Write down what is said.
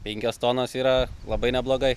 penkios tonos yra labai neblogai